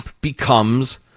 becomes